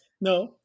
No